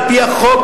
על-פי החוק,